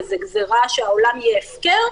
זו גזירה שהעולם יהיה הפקר,